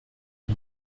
die